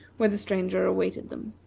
where the stranger awaited them.